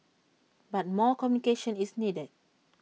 but more communication is needed